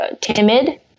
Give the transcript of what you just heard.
timid